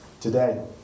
today